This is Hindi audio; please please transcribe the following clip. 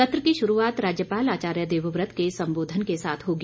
सत्र की शुरूआत राज्यपाल आचार्य देवव्रत के संबोधन के साथ होगी